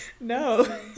No